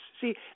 See